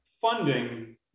funding